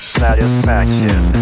satisfaction